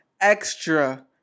extra